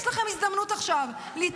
יש לכם הזדמנות עכשיו להתעלות,